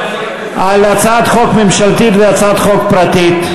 על הצעת חוק ממשלתית והצעת חוק פרטית.